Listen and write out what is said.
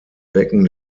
becken